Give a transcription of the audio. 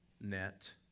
net